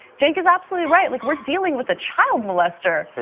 cenk is absolutely right, like we're dealing with a child molester.